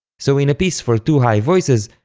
so in a piece for two high voices,